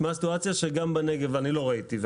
תשמע סיטואציה שגם בנגב אני לא ראיתי,